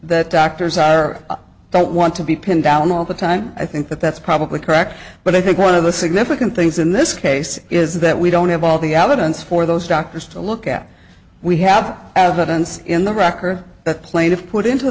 that doctors are don't want to be pinned down all the time i think that that's probably correct but i think one of the significant things in this case is that we don't have all the elements for those doctors to look at we have evidence in the record that plaintiffs put into